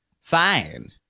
fine